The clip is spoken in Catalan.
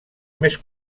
més